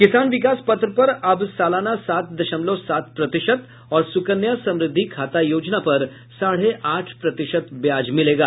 किसान विकास पत्र पर अब सालाना सात दशमलव सात प्रतिशत और सुकन्या समृद्धि खाता योजना पर साढ़े आठ प्रतिशत ब्याज मिलेगा